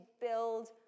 build